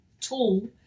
tool